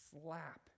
slap